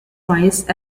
mice